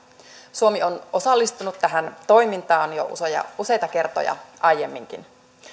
suomi on osallistunut tähän toimintaan jo useita kertoja aiemminkin